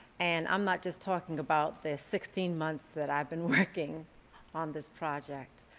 and i'm not just talking about the sixteen months that i've been working on this project.